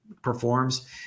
performs